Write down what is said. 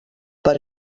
per